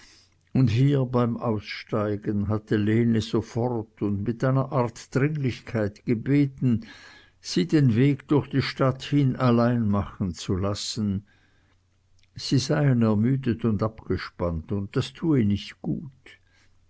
und hier beim aussteigen hatte lene sofort und mit einer art dringlichkeit gebeten sie den weg durch die stadt hin allein machen zu lassen sie seien ermüdet und abgespannt und das tue nicht gut